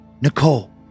Nicole